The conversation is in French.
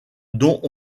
dont